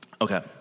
Okay